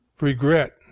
regret